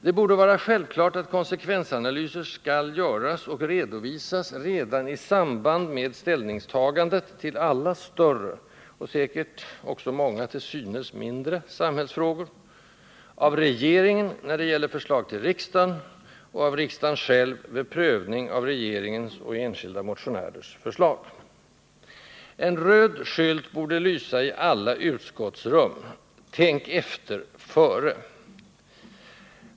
Det borde vara självklart att konsekvensanalyser skall göras och redovisas redan i samband med ställningstagandet till alla större, och säkert även många till synes mindre, samhällsfrågor — av regeringen, när det gäller förslag till riksdagen, och av riksdagen själv vid prövning av regeringens och enskilda motionärers förslag. En röd skylt borde lysa i alla utskottsrum: TÄNK EFTER FÖRE!